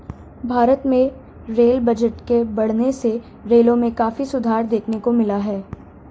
भारत में rail budget के बढ़ने से रेलों में काफी सुधार देखने को मिला है